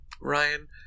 Ryan